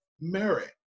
merit